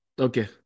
okay